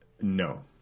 No